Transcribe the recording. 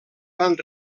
van